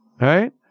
right